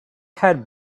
head